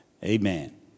Amen